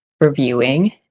reviewing